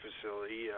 facility